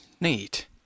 neat